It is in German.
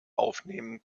aufnehmen